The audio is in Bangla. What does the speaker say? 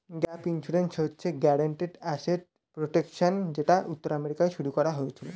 গ্যাপ ইন্সুরেন্স হচ্ছে গ্যারিন্টিড অ্যাসেট প্রটেকশন যেটা উত্তর আমেরিকায় শুরু করা হয়েছিল